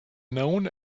known